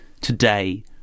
today